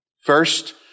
First